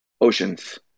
Oceans